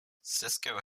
cisco